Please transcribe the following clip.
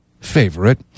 favorite